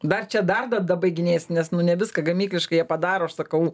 dar čia dar dabaiginės nes nu ne viską gamykliškai padaro aš sakau